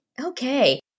Okay